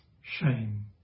shame